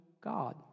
God